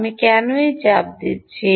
আমি কেন এই চাপ দিচ্ছি